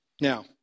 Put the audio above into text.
Now